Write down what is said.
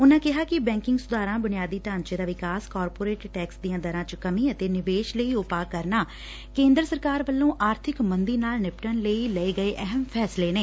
ਉਨਾਂ ਕਿਹਾ ਕਿ ਬੈਕਿੰਗ ਸੁਧਾਰਾਂ ਬੁਨਿਆਦੀ ਢਾਂਚੇ ਦਾ ਵਿਕਾਸ ਕਾਰਪੋਰੇਟ ਟੈਕਸ ਦੀਆਂ ਦਰਾਂ ਚ ਕਮੀ ਅਤੇ ਨਿਵੇਸ਼ ਲਈ ਉਪਾਅ ਕਰਨਾ ਕੇਦਰ ਸਰਕਾਰ ਵੱਲੋ ਆਰਬਿਕ ਮੰਦੀ ਨਾਲ ਨਿਪਟਣ ਲਈ ਲਏ ਗਏ ਅਹਿਮ ਫੈਸਲੇ ਨੇ